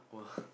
!wah!